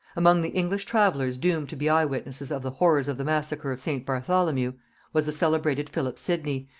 among the english travellers doomed to be eye-witnesses of the horrors of the massacre of st. bartholomew was the celebrated philip sidney,